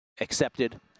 accepted